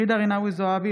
ג'ידא רינאוי זועבי,